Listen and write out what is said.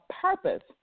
purpose